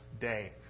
day